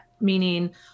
Meaning